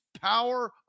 power